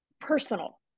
personal